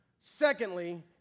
Secondly